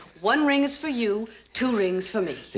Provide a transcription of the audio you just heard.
one ring is for you, two rings for me. yeah.